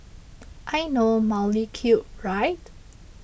I know mildly cute right